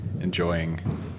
enjoying